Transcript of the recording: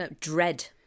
Dread